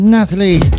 Natalie